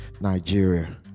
Nigeria